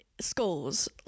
schools